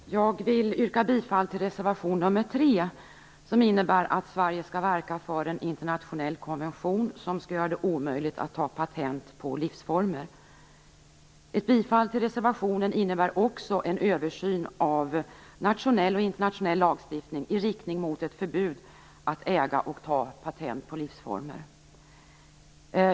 Fru talman! Jag vill yrka bifall till reservation nr 3, som innebär att Sverige skall verka för en internationell konvention som skall göra det omöjligt att ta patent på livsformer. Ett bifall till reservationen innebär också en översyn av nationell och internationell lagstiftning i riktning mot ett förbud mot att äga och ta patent på livsformer.